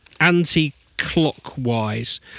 anti-clockwise